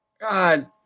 God